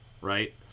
right